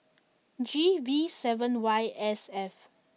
G V seven Y S F